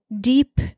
deep